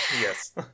Yes